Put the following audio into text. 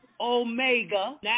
Omega